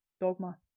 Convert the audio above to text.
Dogma